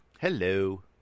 Hello